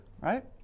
right